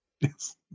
Yes